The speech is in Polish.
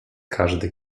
każde